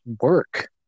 work